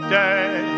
day